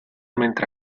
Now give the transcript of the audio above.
mentre